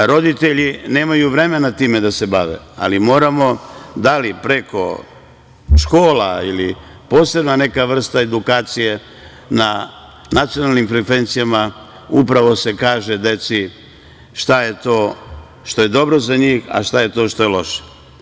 Roditelji nemaju vremena time da se bave, ali moramo, da li preko škola ili posebna neka vrsta edukacije na nacionalnim frekvencijama, upravo da kažemo deci šta je to što je dobro za njih, a šta je to što je loše.